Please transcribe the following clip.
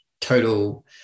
total